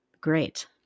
Great